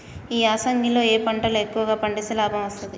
ఈ యాసంగి లో ఏ పంటలు ఎక్కువగా పండిస్తే లాభం వస్తుంది?